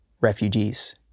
refugees